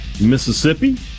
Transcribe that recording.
Mississippi